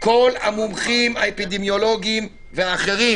כל המומחים האפידמיולוגיים והאחרים,